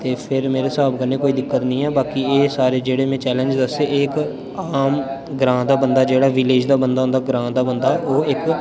ते फिर मेरे स्हाब कन्नै कोई दिक्कत निं ऐ बाकि एह् सारे जेह्ड़े में चैलेंज दस्से हे एह् इक आम ग्रांऽ दा बंदा जेह्ड़ा विलेज दा बंदा होंदा ग्रांऽ दा बंदा ओह् इक